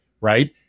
right